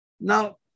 Now